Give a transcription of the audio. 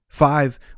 Five